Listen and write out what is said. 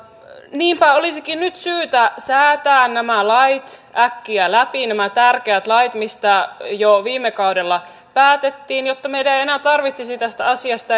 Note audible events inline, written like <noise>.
niinpä olisikin nyt syytä säätää nämä lait äkkiä läpi nämä tärkeät lait mistä jo viime kaudella päätettiin jotta meidän ei ei enää tarvitsisi tästä asiasta <unintelligible>